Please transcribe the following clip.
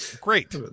Great